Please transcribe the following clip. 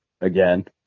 again